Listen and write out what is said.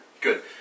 Good